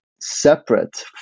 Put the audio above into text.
separate